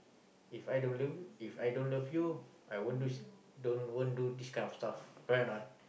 If I don't love If I don't love you I won't do don't won't do this kind of stuff correct or not